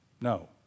No